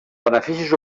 beneficis